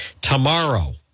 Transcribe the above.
Tomorrow